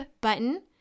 button